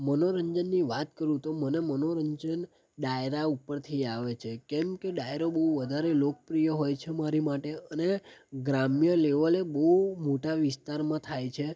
મનોરંજનની વાત કરું તો મને મનોરંજન ડાયરા ઉપરથી આવે છે કેમ કે ડાયરો બહુ વધારે લોકપ્રિય હોય છે મારી માટે અને ગ્રામ્ય લેવલે બહુ મોટા વિસ્તારમાં થાય છે